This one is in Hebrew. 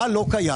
מה לא קיים?